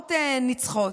מלחמות ניצחות,